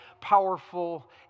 powerful